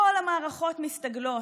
כל המערכות מסתגלות.